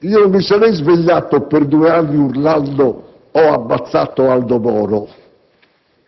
Io non mi sarei svegliato per due anni urlando: «Ho ammazzato Aldo Moro!»,